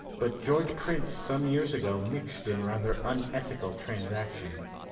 but george prince some years ago mixed in rather unethical transactions.